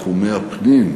תחומי הפנים,